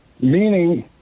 meaning